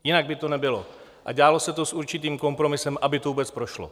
Jinak by to nebylo a dělalo se to s určitým kompromisem, aby to vůbec prošlo.